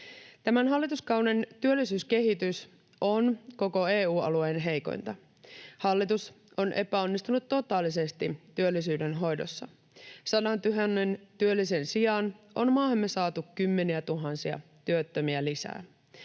Tämän hallituskauden työllisyyskehitys on koko EU-alueen heikointa. Hallitus on epäonnistunut totaalisesti työllisyyden hoidossa. Sadantuhannen työllisen sijaan on maahamme saatu kymmeniätuhansia työttömiä lisää.